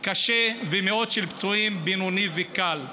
קשה ומאות פצועים בינוני וקל.